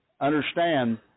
understand